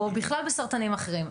ובכלל בסרטנים אחרים.